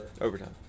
Overtime